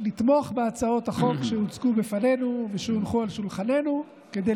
לתמוך בהצעות החוק שהוצגו בפנינו והונחו על שולחננו כדי